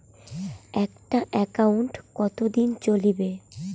একটা একাউন্ট কতদিন চলিবে?